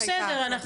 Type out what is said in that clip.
הכול בסדר.